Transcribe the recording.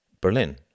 Berlin